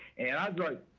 and i'd like